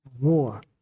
more